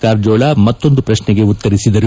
ಕಾರಜೋಳ ಮತ್ತೊಂದು ಪ್ರಶ್ನೆಗೆ ಉತ್ತರಿಸಿದರು